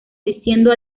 diciendo